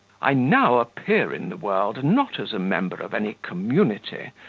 i now appear in the world, not as a member of any community,